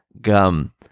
gum